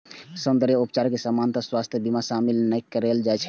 सौंद्रर्य उपचार कें सामान्यतः स्वास्थ्य बीमा मे शामिल नै कैल जाइ छै